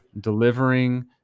delivering